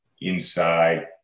inside